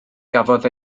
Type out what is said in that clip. gafodd